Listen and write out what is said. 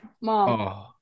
mom